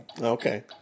Okay